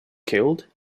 killed